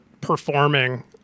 performing